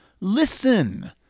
listen